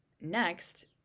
Next